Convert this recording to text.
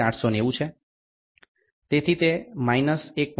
890 છે તેથી તે માઈનસ 1